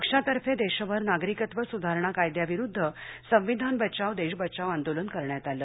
पक्षातर्फे देशभर नागरिकत्व सुधारणा कायद्याविरुद्ध संविधान बचाव देश बचाव आंदोलन करण्यात आलं